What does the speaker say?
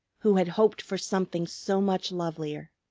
who had hoped for something so much lovelier.